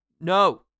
No